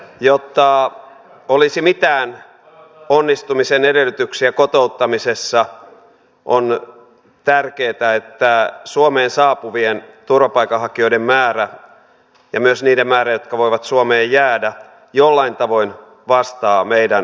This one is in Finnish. jotta olisi mitään onnistumisen edellytyksiä kotouttamisessa on tärkeätä että suomeen saapuvien turvapaikanhakijoiden määrä ja myös niiden määrä jotka voivat suomeen jäädä jollain tavoin vastaavat meidän voimavaroja